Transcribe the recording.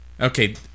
Okay